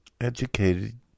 Educated